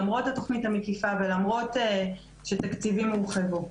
למרות התוכנית המקיפה ולמרות שתקציבים הורחבו.